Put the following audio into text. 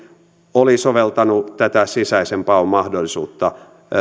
oli soveltanut tätä sisäisen paon mahdollisuutta